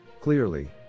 Clearly